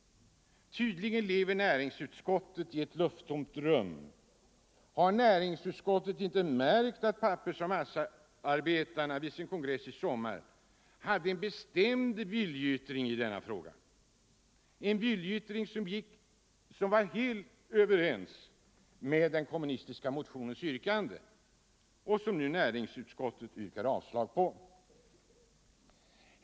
Tydligen lever näringsutskottet i ett lufttomt rum. Har näringsutskottet inte märkt att pappersoch massaarbetarna vid sin kongress i somras hade en bestämd viljeyttring i denna fråga? Det var en viljeyttring som står helt i överensstämmelse med yrkandet i den kommunistiska motionen, som näringsutskottet nu yrkar avslag på.